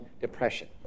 depression